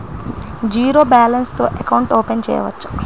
Zero balance తో account open చేయవచ్చు?